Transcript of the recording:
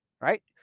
Right